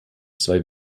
zwei